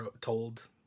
told